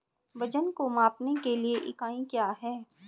वजन को मापने के लिए इकाई क्या है?